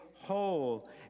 whole